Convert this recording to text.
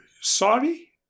sorry